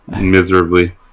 miserably